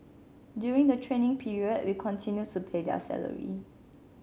during the training period we continue to pay their salary